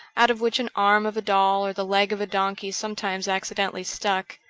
out of which an arm of a doll or the leg of a donkey sometimes accidentally stuck.